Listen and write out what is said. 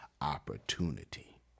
opportunity